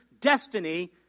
destiny